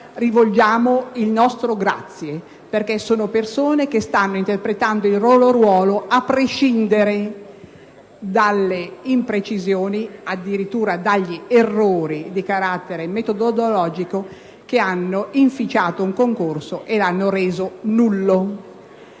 e agli insegnanti della Sicilia, perché stanno interpretando il loro ruolo a prescindere dalle imprecisioni, addirittura dagli errori di carattere metodologico che hanno inficiato un concorso e lo hanno reso nullo.